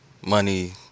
money